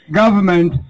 government